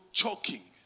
choking